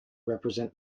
represent